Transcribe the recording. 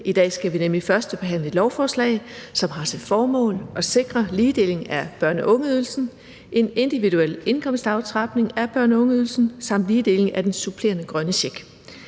I dag skal vi nemlig førstebehandle et lovforslag, som har til formål at sikre ligedeling af børne- og ungeydelsen, en individuel indkomstaftrapning af børne- og ungeydelsen samt ligedeling af den supplerende grønne check.